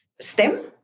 stem